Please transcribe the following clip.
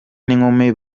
n’inkumi